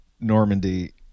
Normandy